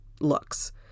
looks